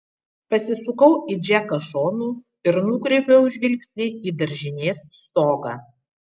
pasisukau į džeką šonu ir nukreipiau žvilgsnį į daržinės stogą